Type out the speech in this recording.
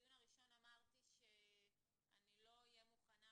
שבדיון הראשון אמרתי שאני לא אהיה מוכנה